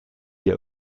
ihr